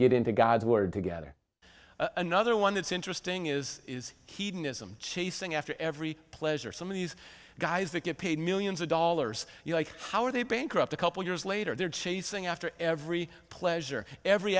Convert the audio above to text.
get into god's word together another one that's interesting is hedonism chasing after every pleasure some of these guys that get paid millions of dollars you like how are they bankrupt a couple years later they're chasing after every pleasure every